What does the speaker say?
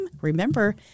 remember